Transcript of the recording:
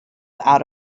out